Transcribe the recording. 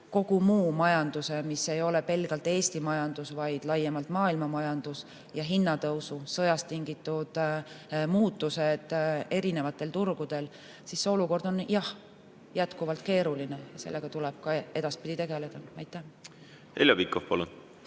kogu muu majanduse, mis ei ole pelgalt Eesti majandus, vaid laiemalt maailmamajandus, ja hinnatõusu, sõjast tingitud muutused erinevatel turgudel, siis see olukord on jah jätkuvalt keeruline ja sellega tuleb ka edaspidi tegeleda. Heljo Pikhof, palun!